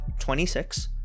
26